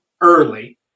early